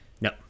No